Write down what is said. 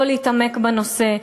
לא להתעמק בנושא.